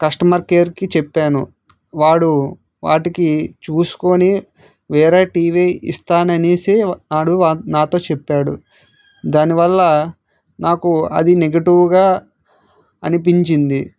customer కేర్కి చెప్పాను వాడు వాటికి చూసుకొని వేరే టీవీ ఇస్తాను అనేసి వాడు నాతో చెప్పాడు దాని వల్ల నాకు అది నెగటివ్గా అనిపించింది